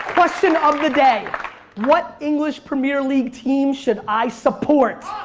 question of the day what english premier league team should i support?